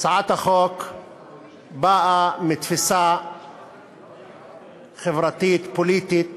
הצעת החוק באה מתפיסה חברתית פוליטית